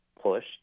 push